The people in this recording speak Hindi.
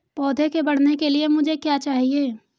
पौधे के बढ़ने के लिए मुझे क्या चाहिए?